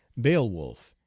beowulf,